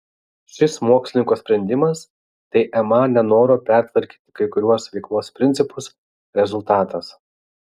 šis mokslininko sprendimas tai ma nenoro pertvarkyti kai kuriuos veiklos principus rezultatas